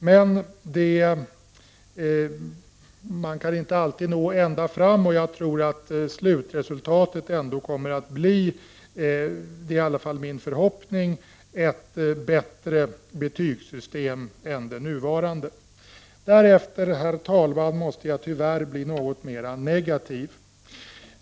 Men man kan inte alltid nå ända fram, men min förhoppning är att slutresultatet skall bli ett betygssystem som är bättre än det nuvarande. Därefter, herr talman, måste jag tyvärr bli något mer negativ.